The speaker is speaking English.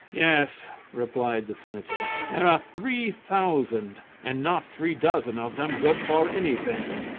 yes, replied the senator, there are three thousand, and not three dozen of them good for anything.